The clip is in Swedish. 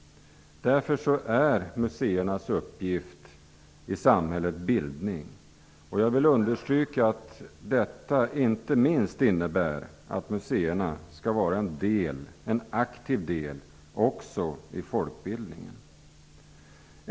Därför är museernas uppgift i samhället bildning, och jag vill understryka att detta inte minst innebär att museerna skall vara en del, en aktiv del, också i folkbildningen.